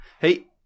Hey